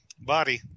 body